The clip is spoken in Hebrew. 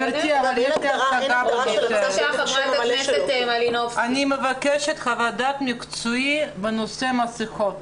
גברתי, אני מבקשת חוות-דעת מקצועית בנושא מסכות.